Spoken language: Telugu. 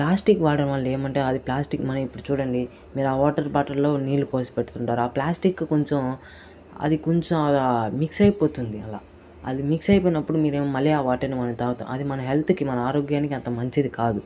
ప్లాస్టిక్ వాడడం వల్ల ఏమంటే అది ప్లాస్టిక్ మనం ఇప్పుడు చూడండి మీరు ఆ వాటర్ బాటిల్ లో నీళ్లు పోసి పెట్టుకుంటారా ఆ ప్లాస్టిక్ కొంచం అది కొంచం అలా మిక్స్ అయిపోతుంది అలా అది మిక్స్ అయిపోయినప్పుడు మీరు మళ్ళీ ఆ వాటర్ ని మనం తాగుతాం అది మన హెల్త్ కి మన ఆరోగ్యానికి అంత మంచిది కాదు